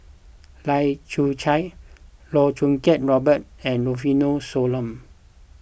Lai Kew Chai Loh Choo Kiat Robert and Rufino Soliano